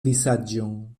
vizaĝon